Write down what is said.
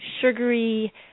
sugary